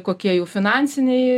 kokie jų finansiniai